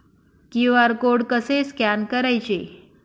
QR code कसे scan करायचे?